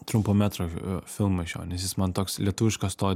trumpo metro filmą iš jo nes jis man toks lietuviškas to